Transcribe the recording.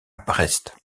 brest